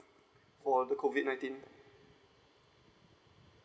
for the COVID nineteen